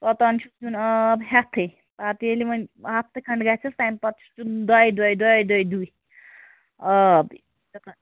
اوٚتانۍ چھُس دیُن آب ہیٚتھٕے پَتہٕ ییٚلہِ وۅنۍ ہَفتہٕ کھںٛڈ گژھَس تَمہِ پَتہٕ چھُس دیُن دۅیہِ دۅہۍ دۅیہِ دۅہۍ آب